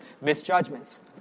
misjudgments